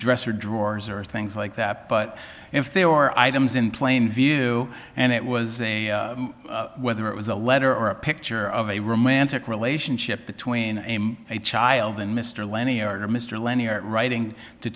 dresser drawers or things like that but if there were items in plain view and it was a whether it was a letter or a picture of a romantic relationship between aim a child and mr lennie or mr lennie or writing to